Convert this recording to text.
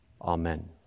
Amen